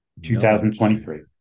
2023